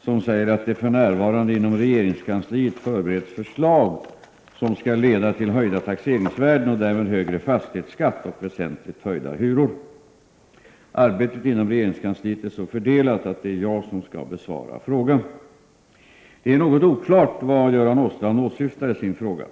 som säger att det för närvarande inom regeringskansliet förbereds förslag som skall leda till höjda taxeringsvärden och därmed högre fastighetsskatt och väsentligt höjda hyror. Arbetet inom regeringskansliet är så fördelat att det är jag som skall besvara frågan. Det är något oklart vad Göran Åstrand åsyftar i sin fråga.